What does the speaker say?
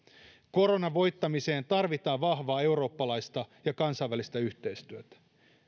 koronan voittamiseen tarvitaan vahvaa eurooppalaista ja kansainvälistä yhteistyötä